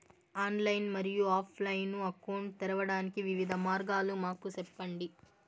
Online మరియు offline account తెరవడానికి వివిధ మార్గాలు మాకు సెప్పండి?